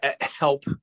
help